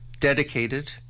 Dedicated